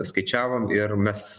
skaičiavom ir mes